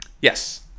Yes